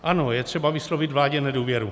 Ano, je třeba vyslovit vládě nedůvěru.